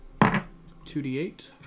2d8